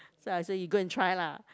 so I say you go and try lah